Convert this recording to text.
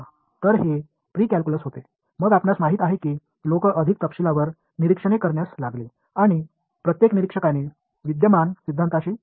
எனவே இது பிரி கால்குலஸாக இருந்தது பின்னர் மக்கள் இன்னும் நுணுக்கமாக கவனிக்க தொடங்கினர் என்பது உங்களுக்குத் தெரியும் ஒவ்வொரு கவனிப்பும் ஏற்கனவே உள்ள கோட்பாட்டுடன் பொருந்தவில்லை